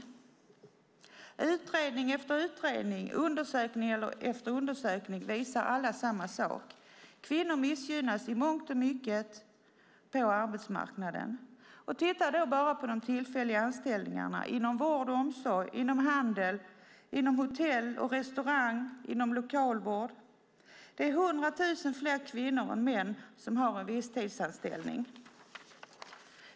Utredning efter utredning och undersökning efter undersökning visar samma sak: Kvinnor missgynnas i mångt och mycket på arbetsmarknaden. Man kan bara titta på de tillfälliga anställningarna inom vård och omsorg, inom handel, inom hotell och restaurang och inom lokalvård. Det är 100 000 fler kvinnor än män som har en visstidsanställning.